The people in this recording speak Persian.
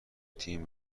تیم